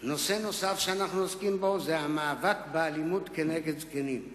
נושא נוסף שאנחנו עוסקים בו הוא המאבק באלימות נגד זקנים.